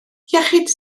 iechyd